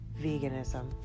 Veganism